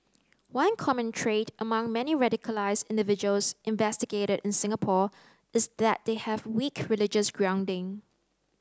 one common trait among many radicalised individuals investigated in Singapore is that they have weak religious grounding